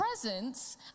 presence